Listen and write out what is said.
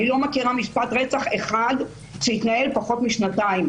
אני לא מכירה משפט רצח אחד שהתנהל פחות משנתיים,